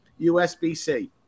USB-C